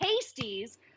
pasties